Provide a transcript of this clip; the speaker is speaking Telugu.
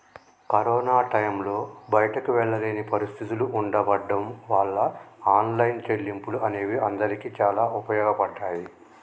కరోనా టైంలో బయటికి వెళ్ళలేని పరిస్థితులు ఉండబడ్డం వాళ్ళ ఆన్లైన్ చెల్లింపులు అనేవి అందరికీ చాలా ఉపయోగపడ్డాయి